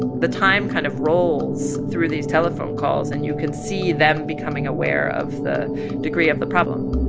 the time kind of rolls through these telephone calls, and you can see them becoming aware of the degree of the problem